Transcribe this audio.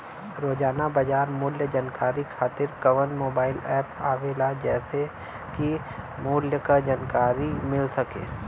रोजाना बाजार मूल्य जानकारी खातीर कवन मोबाइल ऐप आवेला जेसे के मूल्य क जानकारी मिल सके?